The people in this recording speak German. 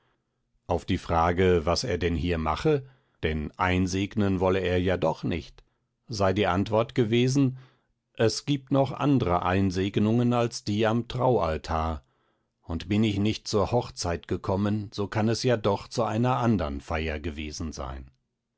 auf die frage was er denn hier mache denn einsegnen wolle er ja doch nicht sei die antwort gewesen es gibt noch andre einsegnungen als die am traualtar und bin ich nicht zur hochzeit gekommen so kann es ja doch zu einer andern feier gewesen sein